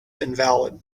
invalid